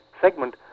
segment